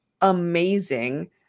amazing